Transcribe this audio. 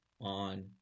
on